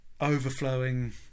overflowing